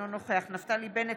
אינו נוכח נפתלי בנט,